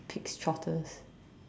pig's trotters